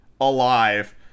alive